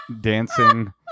dancing